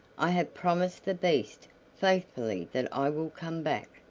i have promised the beast faithfully that i will come back,